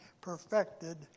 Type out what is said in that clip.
perfected